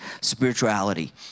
spirituality